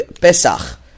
Pesach